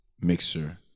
mixer